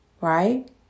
Right